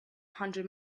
hundred